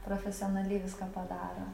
profesionaliai viską padaro